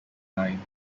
line